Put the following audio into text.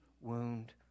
wound